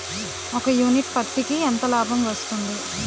ఒక యూనిట్ పత్తికి ఎంత లాభం వస్తుంది?